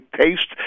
taste